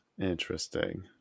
Interesting